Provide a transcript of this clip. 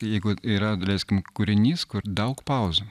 jeigu yra daleiskim kūrinys kur daug pauzių